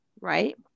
right